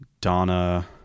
Donna